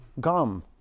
gum